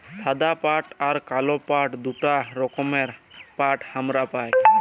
সাদা পাট আর কাল পাট দুটা রকমের পাট হামরা পাই